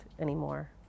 anymore